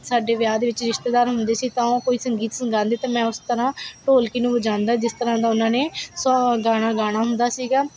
ਸਾਡੇ ਵਿਆਹ ਦੇ ਵਿੱਚ ਰਿਸ਼ਤੇਦਾਰ ਹੁੰਦੇ ਸੀ ਤਾਂ ਉਹ ਕੋਈ ਸੰਗੀਤ ਸੰ ਗਾਂਦੇ ਤਾਂ ਮੈਂ ਉਸ ਤਰ੍ਹਾਂ ਢੋਲਕੀ ਨੂੰ ਵਜਾਦਾ ਜਿਸ ਤਰ੍ਹਾਂ ਦਾ ਉਹਨਾਂ ਨੇ ਸੋਂਗ ਗਾਣਾ ਗਾਣਾ ਹੁੰਦਾ ਸੀਗਾ